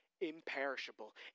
imperishable